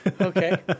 Okay